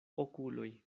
okuloj